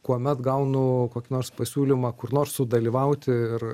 kuomet gaunu kokį nors pasiūlymą kur nors sudalyvauti ir